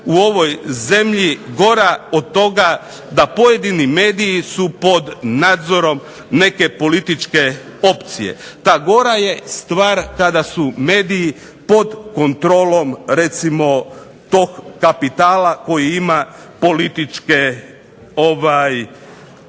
u ovoj zemlji gora od toga, da pojedini mediji su pod nadzorom neke političke opcije. Ta gora je stvar kada su mediji pod kontrolom recimo tog kapitala koji ima političke ambicije.